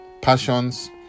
passions